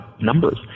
numbers